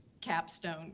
capstone